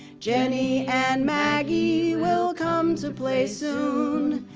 jennie and maggie, we'll come to play soon.